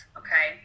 okay